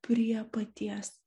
prie paties